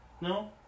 No